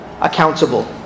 accountable